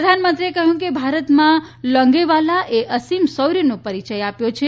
પ્રધાનમંત્રીએ કહ્યું કે ભારતમાં લોંગેવાલા એ અસીમ શૌર્યનો પરિચય આપ્યો છે